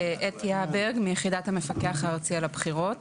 אתי אברג מיחידת המפקח הארצי על הבחירות.